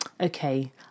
Okay